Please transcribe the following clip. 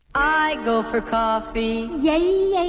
i go for coffee. yeah yay,